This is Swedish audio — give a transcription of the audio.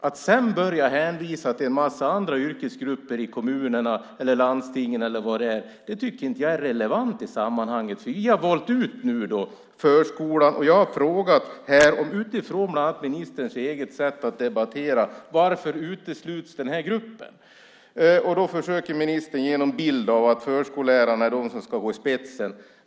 Att sedan börja hänvisa till en massa andra yrkesgrupper i kommunerna, landstingen eller vad det är tycker jag inte är relevant i sammanhanget. Jag har utifrån bland annat ministerns eget sätt att debattera frågat varför den här gruppen utesluts. Då försöker ministern ge någon bild av att förskollärarna är de som ska gå i spetsen.